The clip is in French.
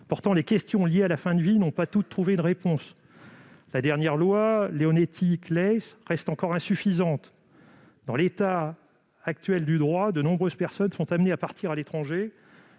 Pourtant, les questions liées à la fin de vie n'ont pas toutes trouvé une réponse. La loi Leonetti-Claeys est encore insuffisante. En l'état actuel du droit, de nombreuses personnes en sont réduites à partir à l'étranger,